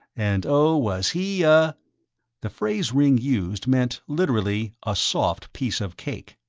and oh, was he a the phrase ringg used meant, literally, a soft piece of cake.